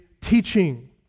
teaching